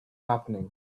happening